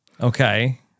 Okay